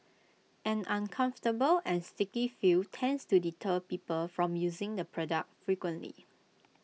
an uncomfortable and sticky feel tends to deter people from using the product frequently